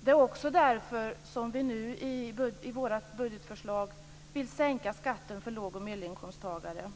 Det är också därför som vi nu i vårt budgetförslag vill sänka skatten för låg och medelinkomsttagare.